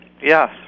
Yes